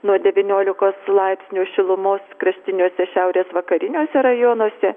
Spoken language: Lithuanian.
nuo devyniolikos laipsnių šilumos kraštiniuose šiaurės vakariniuose rajonuose